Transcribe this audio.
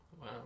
Wow